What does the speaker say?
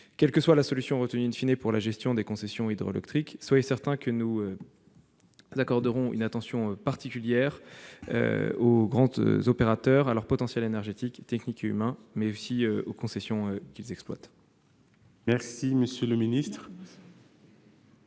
Quelle que soit la solution retenue pour la gestion des concessions hydroélectriques, soyez certain que nous accorderons une attention spéciale aux grands opérateurs et à leur potentiel énergétique, technique et humain, mais aussi aux concessions qu'ils exploitent. La parole est